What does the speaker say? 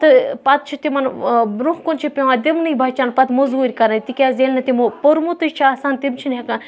تہٕ پَتہٕ چھُ تِمَن برونٛہہ کُن چھِ پیٚوان دِمنٕے بَچَن پَتہٕ موٚزوٗرۍ کَرٕنۍ تِکیٛازِ ییٚلہِ نہٕ تِمو پوٚرمُتٕے چھِ آسان تِم چھِنہٕ ہیٚکان